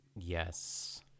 Yes